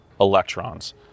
electrons